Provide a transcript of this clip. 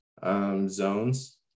zones